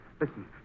Listen